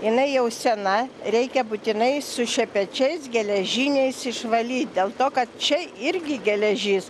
jinai jau sena reikia būtinai su šepečiais geležiniais išvalyt dėl to kad čia irgi geležis